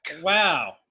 Wow